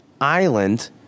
island